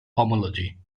homology